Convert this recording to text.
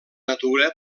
natura